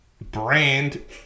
brand